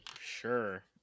Sure